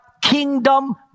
kingdom